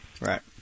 Right